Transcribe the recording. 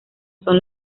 son